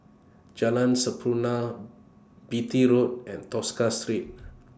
Jalan Sampurna Beatty Road and Tosca Street